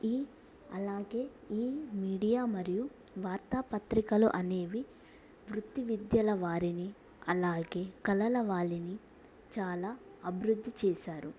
ఈ అలాగే ఈ మీడియా మరియు వార్తాపత్రికలు అనేవి వృత్తి విద్యల వారిని అలాగే కళల వారిని చాలా అభివృద్ధి చేశారు